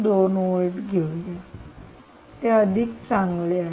2 volt घेऊया ते अधिक चांगले आहे